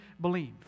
believe